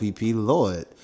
Lord